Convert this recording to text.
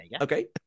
Okay